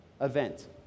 event